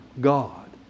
God